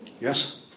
yes